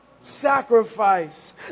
sacrifice